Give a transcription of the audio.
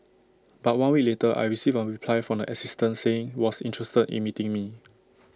but one week later I received A reply from the assistant saying was interested in meeting me